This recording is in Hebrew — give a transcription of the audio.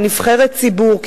כנבחרת ציבור,